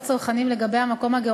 מקווים,